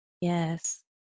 Yes